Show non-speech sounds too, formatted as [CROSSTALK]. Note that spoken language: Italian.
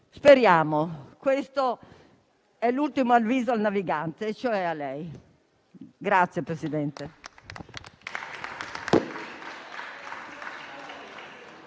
Speriamo. Questo è l'ultimo avviso al navigante, cioè a lei. [APPLAUSE]